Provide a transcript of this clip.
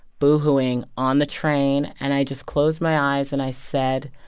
boohooing on the train. and i just closed my eyes, and i said,